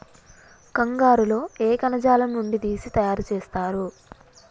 కంగారు లో ఏ కణజాలం నుండి తీసి తయారు చేస్తారు?